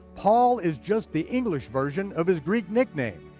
paul is just the english version of his greek nickname.